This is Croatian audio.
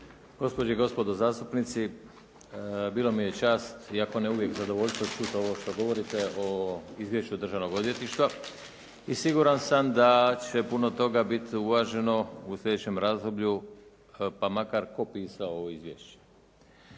Gospođe i gospodo zastupnici. Bila mi je čast, iako ne uvijek zadovoljstvo čuti ovo što govorite o izvješću Državnog odvjetništva i siguran sam da će puno toga biti uvaženo u sljedećem razdoblju pa makar tko pisao ovo izvješće.